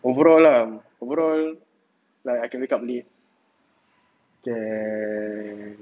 overall um overall like I can wake up late can